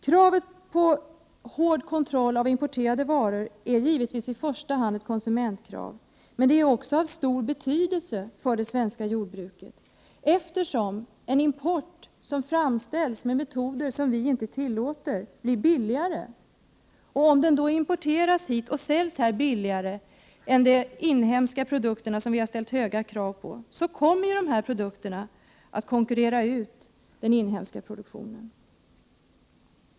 Kravet på hård kontroll av importerade varor är givetvis i första hand ett konsumentkrav, men det är också av stor betydelse för det svenska jordbruket, eftersom importerade varor som framställs med metoder som vi inte tillåter blir billigare. Om varan importeras hit och säljs billigare än den inhemska produkten som vi har ställt höga krav på, kommer ju den importerade produkten att konkurrera ut den inhemska varan.